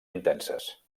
intenses